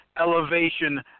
elevation